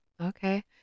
okay